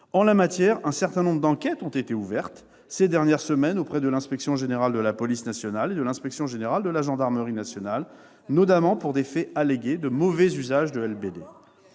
En la matière, un certain nombre d'enquêtes ont été ouvertes ces dernières semaines auprès de l'Inspection générale de la police nationale et de l'Inspection générale de la gendarmerie nationale, notamment pour des faits allégués de mauvais usage de LBD.